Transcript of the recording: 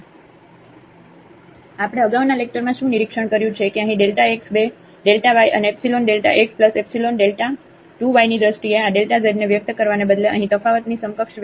તેથી આપણે અગાઉના લેક્ચરમાં શું નિરીક્ષણ કર્યું છે કે અહીં Δ x બે Δ y અને એપ્સીલોન Δ x એપ્સીલોન Δ 2 yની દ્રષ્ટિએ આ Δ zને વ્યક્ત કરવાને બદલે અહીં તફાવતની સમકક્ષ વ્યાખ્યા